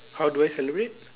how do I celebrate